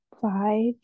five